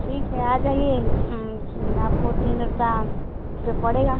ठीक है आ जाइए आपको तीन रुपये पर पड़ेगा